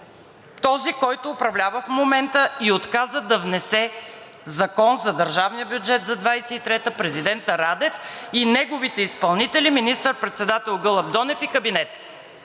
този, който управлява в момента и отказа да внесе Закон за държавния бюджет за 2023 г. – президентът Радев и неговите изпълнители министър-председателят Гълъб Донев и кабинетът.